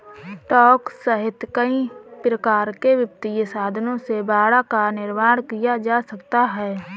stock सहित कई प्रकार के वित्तीय साधनों से बाड़ा का निर्माण किया जा सकता है